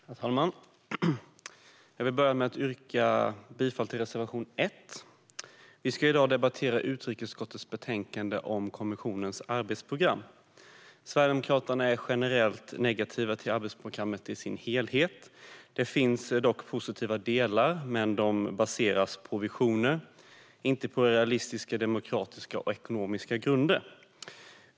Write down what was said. Herr talman! Jag vill börja med att yrka bifall till reservation 1. Vi ska i dag debattera utrikesutskottets betänkande om kommissionens arbetsprogram. Sverigedemokraterna är generellt negativa till arbetsprogrammet i dess helhet. Det finns dock positiva delar, men de baseras på visioner och inte på realistiska, demokratiska och ekonomiska grunder.